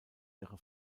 ihre